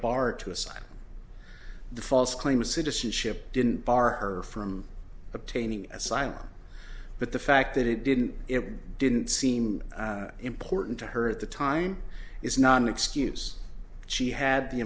hard to assign the false claims citizenship didn't borrow her from obtaining asylum but the fact that it didn't it didn't seem important to her at the time is not an excuse she had the